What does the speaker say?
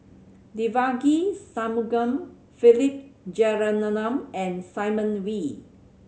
Devagi Sanmugam Philip Jeyaretnam and Simon Wee